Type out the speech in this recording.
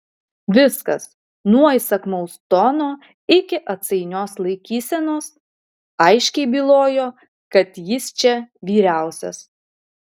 viskas nuo įsakmaus tono iki atsainios laikysenos aiškiai bylojo kad jis čia vyriausias